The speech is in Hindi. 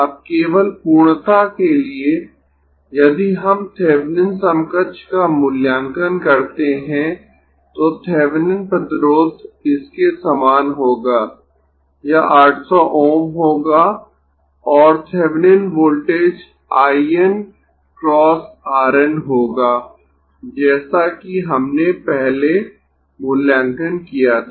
अब केवल पूर्णता के लिए यदि हम थेविनिन समकक्ष का मूल्यांकन करते है तो थेविनिन प्रतिरोध इसके समान होगा यह 800 Ω होगा और Thevenin voltage I N × R N होगा जैसा कि हमने पहले मूल्यांकन किया था